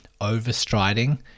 overstriding